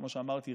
כמו שאמרתי,